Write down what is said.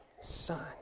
son